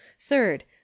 third